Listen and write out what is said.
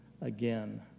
again